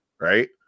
right